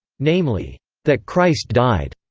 namely that christ died.